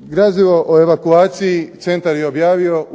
Gradivo o evakuaciji centar je objavio